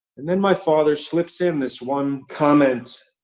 and then my father slips in this one comment